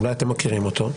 אולי אתם מכירים אותו,